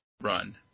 run